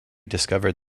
discovered